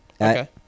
Okay